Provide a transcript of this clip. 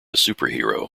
superhero